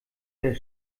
der